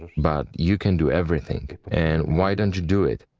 but you can do everything. and why don't you do it?